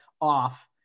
off